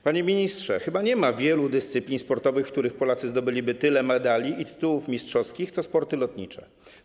Panie ministrze, chyba nie ma wielu dyscyplin sportowych, w których Polacy zdobyliby tyle medali i tytułów mistrzowskich, co w sportach lotniczych.